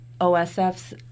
osf's